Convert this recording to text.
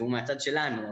הוא מהצד שלנו,